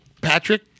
Patrick